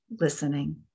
listening